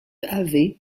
havet